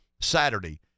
Saturday